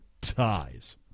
ties